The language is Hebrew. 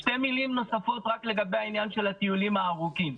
שתי מלים נוספות רק לגבי העניין של הטיולים הארוכים.